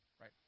right